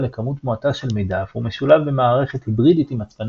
לכמות מועטה של מידע והוא משולב במערכת היברדית עם הצפנה